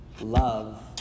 Love